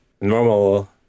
normal